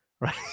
right